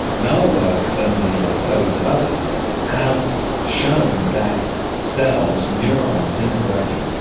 and our work and the studies of others have shown that cells, neurons in the brain,